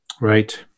Right